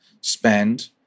spend